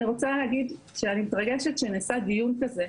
אני רוצה להגיד שאני מתרגשת שנעשה דיון כזה,